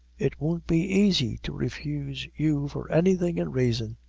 it won't be aisy to refuse you for anything in raison.